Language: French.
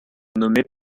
nommées